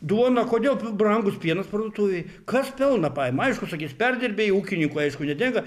duona kodėl brangus pienas parduotuvėj kas pelną paima aišku sakys perdirbėjai ūkininkui aišku netinka